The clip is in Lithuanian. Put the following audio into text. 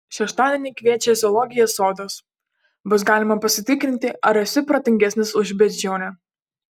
šeštadienį kviečia zoologijos sodas bus galima pasitikrinti ar esi protingesnis už beždžionę